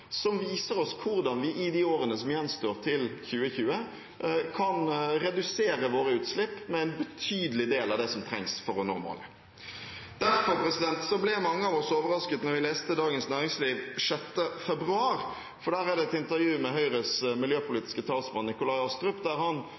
som viser oss hvordan vi i de årene som gjenstår til 2020, kan redusere våre utslipp med en betydelig del av det som trengs for å nå målet. Derfor ble mange av oss overrasket da vi leste Dagens Næringsliv 6. februar, for der er det et intervju med Høyres miljøpolitiske talsmann, Nikolai Astrup, der han